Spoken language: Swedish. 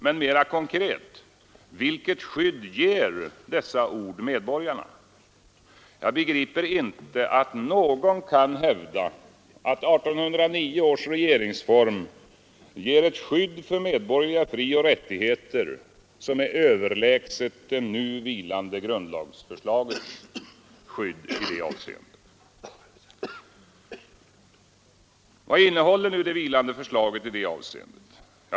Men mera konkret: Vilket skydd ger dessa ord medborgarna? Jag begriper inte hur någon kan hävda att 1809 års regeringsform ger ett skydd för medborgerliga frioch rättigheter som är överlägset det nu vilande grundlagsförslagets. Vad innehåller nu det vilande förslaget i det avseendet?